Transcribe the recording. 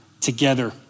together